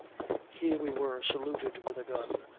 here we were saluted with a gun,